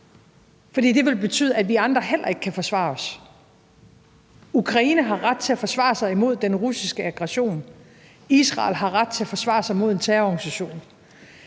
For det vil betyde, at vi andre heller ikke kan forsvare os. Ukraine har ret til at forsvare sig imod den russiske aggression, og Israel har ret til at forsvare sig imod en terrororganisation.